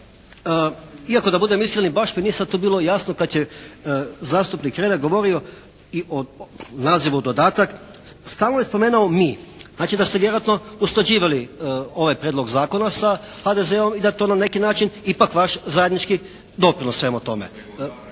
iako da budem iskren i baš mi nije sad tu bilo jasno kad je zastupnik Hrelja govorio i o nazivu dodatak stalno je spomenuo mi. Znači, da ste vjerojatno usklađivali ovaj prijedlog zakona sa HDZ-om i da to na neki način ipak vaš zajednički doprinos svemu tome.